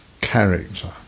character